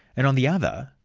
and on the other,